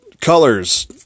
colors